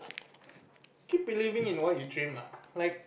keep believing in what you dream lah like